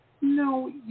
No